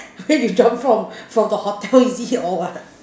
where you jump from from the hotel is it or what